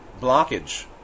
blockage